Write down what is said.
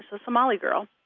so somali girl,